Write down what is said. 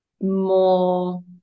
more